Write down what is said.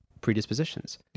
predispositions